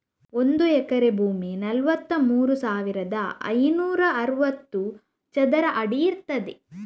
ಒಂದು ಎಕರೆ ಭೂಮಿ ನಲವತ್ತಮೂರು ಸಾವಿರದ ಐನೂರ ಅರವತ್ತು ಚದರ ಅಡಿ ಇರ್ತದೆ